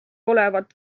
olevat